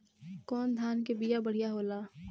कौन धान के बिया बढ़ियां होला?